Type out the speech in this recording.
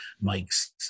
Mike's